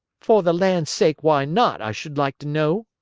for the land's sake, why not, i should like to know?